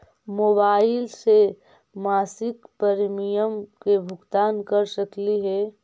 Mobile से मासिक premium के भुगतान कर सकली हे?